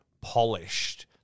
polished